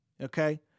Okay